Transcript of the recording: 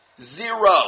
Zero